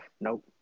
Nope